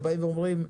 באים ואומרים: